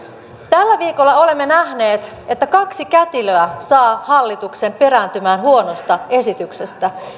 tällä viikolla olemme nähneet että kaksi kätilöä saa hallituksen perääntymään huonosta esityksestä